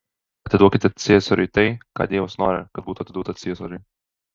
atiduokite ciesoriui tai ką dievas nori kad būtų atiduota ciesoriui